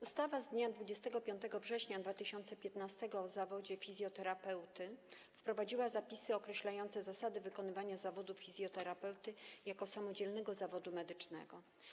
Ustawa z dnia 25 września 2015 r. o zawodzie fizjoterapeuty wprowadziła zapisy określające zasady wykonywania zawodu fizjoterapeuty jako samodzielnego zawodu medycznego.